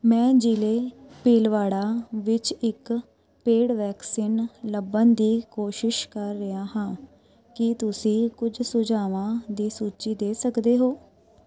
ਮੈਂ ਜ਼ਿਲ੍ਹੇ ਭੀਲਵਾੜਾ ਵਿੱਚ ਇੱਕ ਪੇਡ ਵੈਕਸੀਨ ਲੱਭਣ ਦੀ ਕੋਸ਼ਿਸ਼ ਕਰ ਰਿਹਾ ਹਾਂ ਕੀ ਤੁਸੀਂ ਕੁਝ ਸੁਝਾਵਾਂ ਦੀ ਸੂਚੀ ਦੇ ਸਕਦੇ ਹੋ